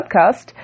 podcast